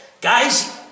Guys